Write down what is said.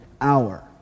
hour